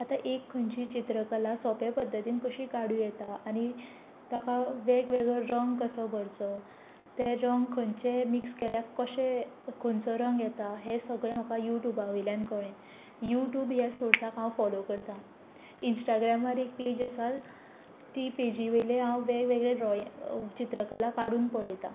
आतां एक खंयचीय चित्रकला सोंपें पद्दतीन कशी काडूं येता आनी ताका वेग वेगळो रंग कसो भरचो ते रंग खंयचे मिक्स केल्यार कशे खंयचो रंग येता हें सगळें म्हाका युट्यूबा वयल्यान कळ्ळें युट्यूब ह्या सोर्साक हांव फोलो करतां इन्स्टाग्रामार एक पॅज आसा ती पॅजीवयले हांव वेग वेगळे ड्रॉइंग चित्रकला काडून पळयतां